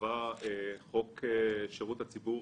קבע את חוק שירות הציבור